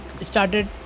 started